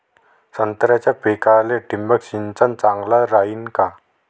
संत्र्याच्या पिकाले थिंबक सिंचन चांगलं रायीन का?